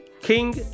King